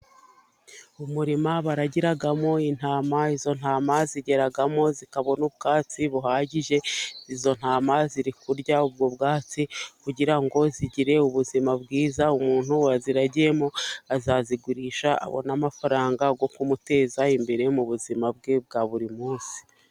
Umurima baragiramo intama, izo ntama zigeramo zikabona ubwatsi buhagije, izo ntama ziri kurya ubwo bwatsi, kugira ngo zigire ubuzima bwiza, umuntu waziragiyemo azazigurisha abona amafaranga yo kumuteza imbere mu buzima bwe bwa buri munsi.